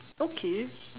okay